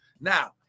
Now